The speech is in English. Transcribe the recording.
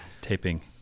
taping